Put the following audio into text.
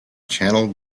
channel